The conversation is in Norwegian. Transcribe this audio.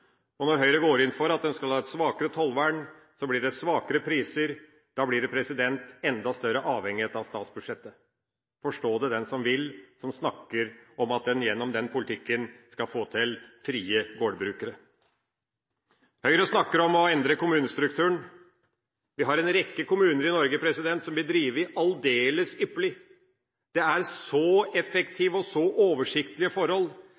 Når Høyre går inn for at en skal ha et svakere tollvern, blir det lavere priser og enda større avhengighet av statsbudsjettet. Forstå det den som vil – og som snakker om at man gjennom den politikken skal få til frie gårdbrukere. Høyre snakker om å endre kommunestrukturen. Vi har en rekke kommuner i Norge som blir drevet aldeles ypperlig. Det er effektive og oversiktlige forhold,